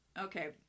Okay